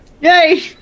Yay